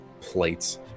plates